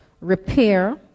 repair